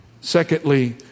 Secondly